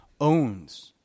owns